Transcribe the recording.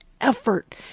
effort